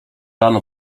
rano